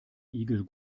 igel